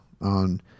on